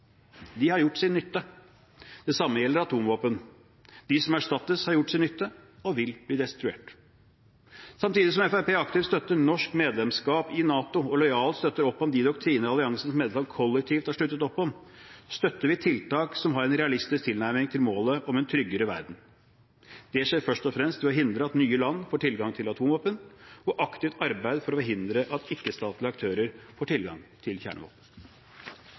De har gjort sin nytte. Det samme gjelder atomvåpen. De som erstattes, har gjort sin nytte og vil bli destruert. Samtidig som Fremskrittspartiet aktivt støtter norsk medlemskap i NATO og lojalt støtter opp om de doktriner alliansens medlemsland kollektivt har sluttet opp om, støtter vi tiltak som har en realistisk tilnærming til målet om en tryggere verden. Det skjer først og fremst ved å hindre at nye land får tilgang til atomvåpen og aktivt arbeid for å forhindre at ikke-statlige aktører får tilgang til kjernevåpen.